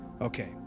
Okay